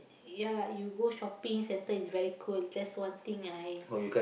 ya lah you go shopping-centre is very cold that's one thing I